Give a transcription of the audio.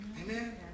Amen